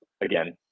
again